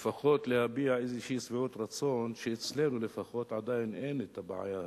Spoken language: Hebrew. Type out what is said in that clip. לפחות להביע איזושהי שביעות רצון שאצלנו לפחות עדיין אין את הבעיה הזאת,